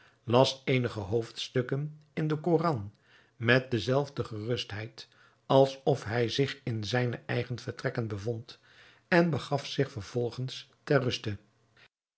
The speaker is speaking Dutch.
las eenige hoofdstukken in den koran met de zelfde gerustheid alsof hij zich in zijne eigen vertrekken bevond en begaf zich vervolgens ter ruste